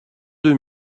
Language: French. deux